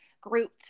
group